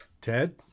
Ted